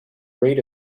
rate